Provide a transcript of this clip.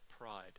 pride